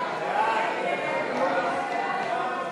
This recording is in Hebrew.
ההסתייגויות